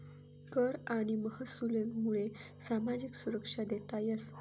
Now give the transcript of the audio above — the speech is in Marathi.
कर आणि महसूलमुये सामाजिक सुरक्षा देता येस